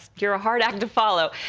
you're a hard act to follow.